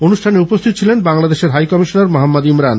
অনুষ্ঠানে উপস্থিত ছিলেন বাংলাদেশের হাই কমিশনার মহম্মদ ইরফান